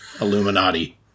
Illuminati